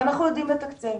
ואנחנו יודעים לתקצב,